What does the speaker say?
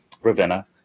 Ravenna